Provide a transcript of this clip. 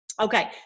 Okay